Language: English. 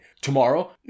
tomorrow